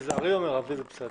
מזערי או מרבי, זה בסדר.